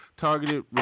targeted